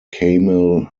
kamal